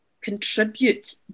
contribute